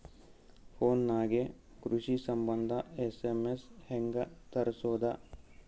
Phone ನಾಗೆ ಕೃಷಿ ಸಂಬಂಧ ಎಸ್.ಎಮ್.ಎಸ್ ಹೆಂಗ ತರಸೊದ?